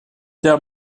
der